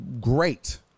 great